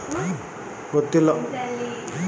ತೊಗರಿಯಲ್ಲಿ ಉತ್ತಮವಾದ ತಳಿ ಯಾವುದು?